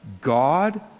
God